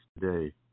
today